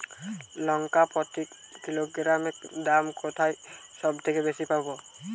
লঙ্কা প্রতি কিলোগ্রামে দাম কোথায় সব থেকে বেশি পাব?